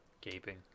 Gaping